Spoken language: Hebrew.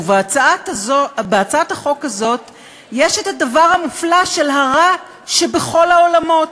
ובהצעת החוק הזאת יש הדבר הנפלא של הרע שבכל העולמות,